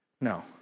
No